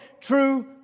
true